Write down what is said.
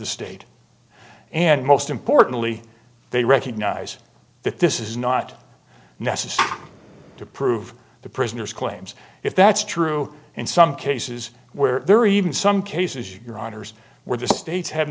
the state and most importantly they recognize that this is not necessary to prove the prisoner's claims if that's true in some cases where there are even some cases your honour's where the states have